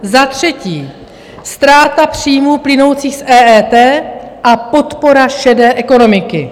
Za třetí, ztráta příjmů plynoucích z EET a podpora šedé ekonomiky.